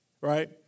Right